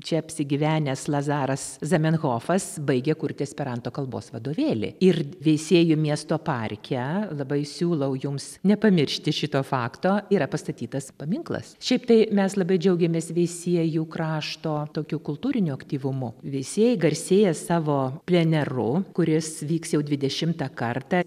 čia apsigyvenęs lazaras zamenhofas baigė kurti esperanto kalbos vadovėlį ir veisiejų miesto parke labai siūlau jums nepamiršti šito fakto yra pastatytas paminklas šiaip tai mes labai džiaugiamės veisiejų krašto tokiu kultūriniu aktyvumu veisiejai garsėja savo pleneru kuris vyks jau dvidešimtą kartą